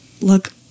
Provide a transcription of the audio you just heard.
look